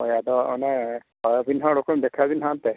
ᱦᱳᱭ ᱟᱫᱚ ᱚᱱᱮ ᱦᱳᱭ ᱟᱹᱵᱤᱱ ᱦᱚᱸ ᱚᱰᱮ ᱠᱷᱚᱱ ᱫᱮᱠᱷᱟᱣ ᱵᱤᱱ ᱚᱱᱛᱮ